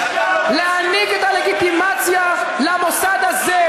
להעניק את הלגיטימציה למוסד הזה,